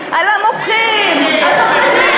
שקרים, על המוחים, תחשפי.